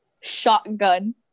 Shotgun